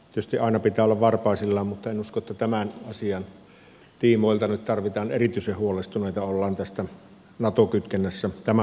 tietysti aina pitää olla varpaisillaan mutta en usko että tämän asian tiimoilta nyt tarvitsee erityisen huolestuneita olla tästä nato kytkennästä tämän asian osalta